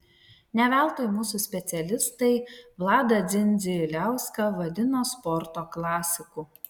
ne veltui mūsų specialistai vladą dzindziliauską vadino sporto klasiku